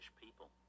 people